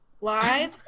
live